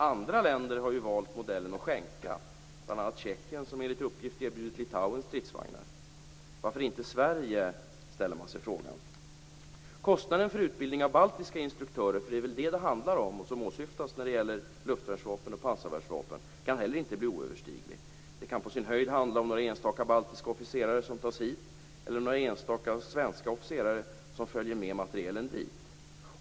Andra länder har valt modellen att skänka - bl.a. Tjeckien, som enligt uppgift erbjudit Litauen stridsvagnar. Varför inte Sverige? frågar man sig. för det är väl det som det handlar om när det gäller luftvärns och pansarvärnsvapen - kan heller inte bli oöverstiglig. Det kan på sin höjd handla om några enstaka baltiska officerare som tas hit eller några enstaka svenska officerare som följer med materielen dit.